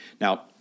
Now